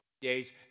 days